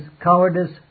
cowardice